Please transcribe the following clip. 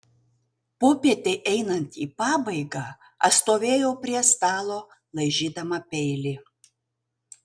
popietei einant į pabaigą aš stovėjau prie stalo laižydama peilį